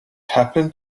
happened